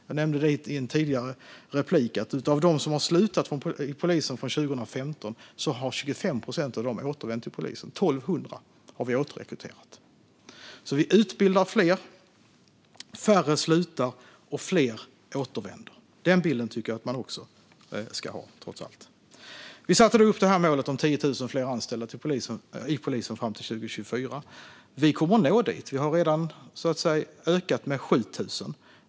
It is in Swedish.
Jag nämnde i en tidigare replik att av dem som slutat på polisen från 2015 har 25 procent återvänt till polisen. 1 200 har vi återrekryterat. Vi utbildar alltså fler. Färre slutar, och fler återvänder. Den bilden tycker jag att man också ska ha. Vi satte upp målet om 10 000 fler anställda i polisen fram till 2024. Vi kommer att nå dit. Vi har redan ökat med 7 000.